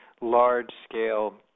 large-scale